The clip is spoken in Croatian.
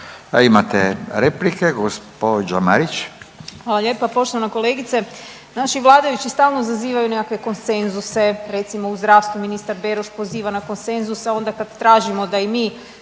**Marić, Andreja (SDP)** Hvala lijepa poštovana kolegice. Naši vladajući stalno zazivaju nekakve konsenzuse, recimo u zdravstvu, ministar Beroš poziva na konsenzus, a onda kad tražimo da i mi